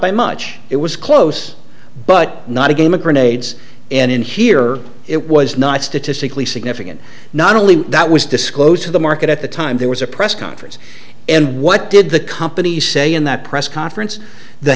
by much it was close but not a game of grenades and in here it was not statistically significant not only that was disclosed to the market at the time there was a press conference and what did the company say in that press conference the